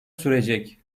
sürecek